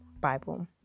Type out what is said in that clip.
Bible